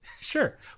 Sure